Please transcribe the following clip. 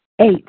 Eight